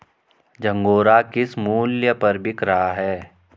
झंगोरा किस मूल्य पर बिक रहा है?